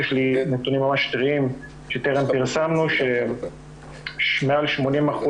יש לי נתונים טריים שטרם פרסמנו שמעל 80%